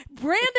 Brandon